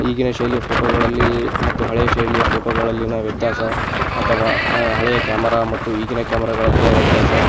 ಈಗಿನ ಶೈಲಿಯ ಫೋಟೋಗಳಲ್ಲಿ ಮತ್ತು ಹಳೆಯ ಶೈಲಿಯ ಫೋಟೋಗಳಲ್ಲಿನ ವ್ಯತ್ಯಾಸ ಅಥವಾ ಹಳೆಯ ಕ್ಯಾಮರಾ ಮತ್ತು ಈಗಿನ ಕ್ಯಾಮರಗಳಲ್ಲಿನ ವ್ಯತ್ಯಾಸ